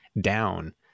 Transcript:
down